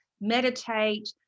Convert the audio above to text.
Meditate